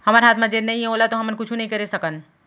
हमर हाथ म जेन नइये ओला तो हमन कुछु नइ करे सकन